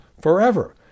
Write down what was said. forever